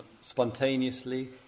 spontaneously